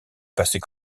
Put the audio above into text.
passer